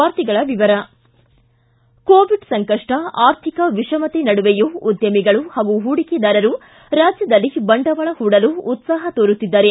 ವಾರ್ತೆಗಳ ವಿವರ ಕೋವಿಡ್ ಸಂಕಷ್ಟ ಆರ್ಥಿಕ ವಿಷಮತೆ ನಡುವೆಯೂ ಉದ್ದಮಿಗಳು ಹಾಗೂ ಹೂಡಿಕೆದಾರರು ರಾಜ್ಯದಲ್ಲಿ ಬಂಡವಾಳ ಹೂಡಲು ಉತ್ಸಾಹ ತೋರುತ್ತಿದ್ದಾರೆ